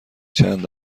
چند